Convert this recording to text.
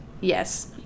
yes